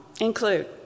include